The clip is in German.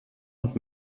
und